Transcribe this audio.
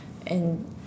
and